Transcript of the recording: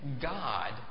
God